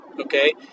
Okay